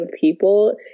people